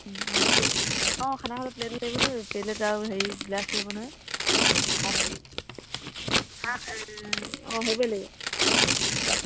অঁ খানা খাব প্লেট লাগিব নহয় প্লেট আৰু হেৰি গ্লাছ লাগিব নহয় আকৌ হেৰিত অঁ সেইবোৰয়েই লাগিব